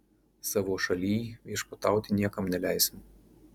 savo šalyj viešpatauti niekam neleisim